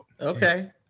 Okay